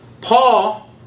Paul